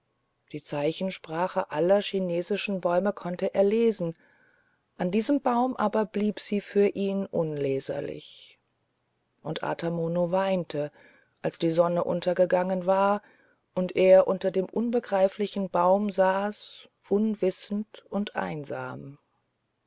die zeichensprache aller chinesischen bäume konnte er lesen an diesem baum aber blieb sie für ihn unleserlich und ata mono weinte als die sonne untergegangen war und er unter dem unbegreiflichen baum saß unwissend und einsam